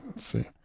see